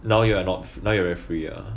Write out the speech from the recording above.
now you are not now you're very free ah